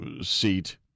seat